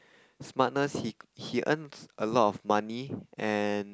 smartness he he earns a lot of money and